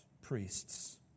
priests